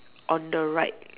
on the right